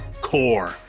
Core